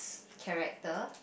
character